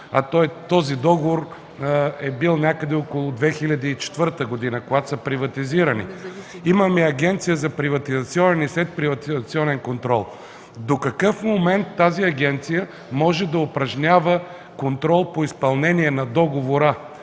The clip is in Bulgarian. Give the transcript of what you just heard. този договор е бил някъде около 2004 г., когато са приватизирани, имаме Агенция за приватизационен и следприватизационен контрол, до какъв момент тази агенция може да упражнява контрол по изпълнение на договора?